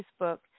Facebook